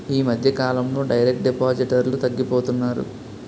ఈ మధ్యకాలంలో డైరెక్ట్ డిపాజిటర్లు తగ్గిపోతున్నారు